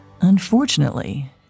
Unfortunately